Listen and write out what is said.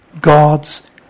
God's